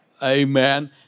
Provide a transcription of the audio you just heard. Amen